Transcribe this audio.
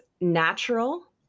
natural